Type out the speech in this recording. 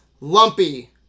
Lumpy